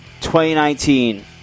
2019